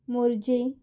Morjim